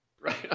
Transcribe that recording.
Right